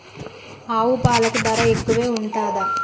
ఆవు పాలకి ధర ఎక్కువే ఉంటదా?